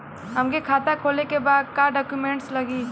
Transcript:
हमके खाता खोले के बा का डॉक्यूमेंट लगी?